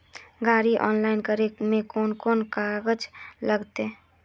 गाड़ी ऑनलाइन करे में कौन कौन कागज लगते?